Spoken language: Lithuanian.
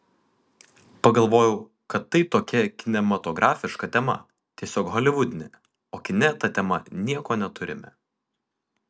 pagalvojau kad tai tokia kinematografiška tema tiesiog holivudinė o kine ta tema nieko neturime